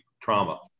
trauma